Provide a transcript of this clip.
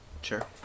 Sure